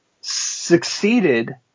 succeeded